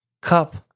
cup